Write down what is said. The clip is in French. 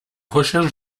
recherche